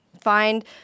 find